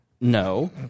No